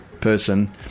person